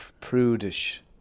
Prudish